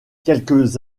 quelques